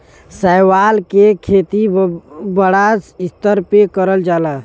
शैवाल के खेती बड़ा स्तर पे करल जाला